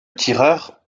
tireur